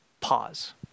pause